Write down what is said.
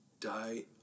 die